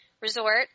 resort